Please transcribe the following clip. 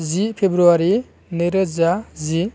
जि फेब्रुवारि नैरोजा जि